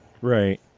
Right